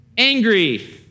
Angry